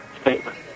statement